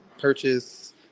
purchase